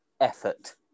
effort